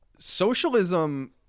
socialism